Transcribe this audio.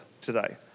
today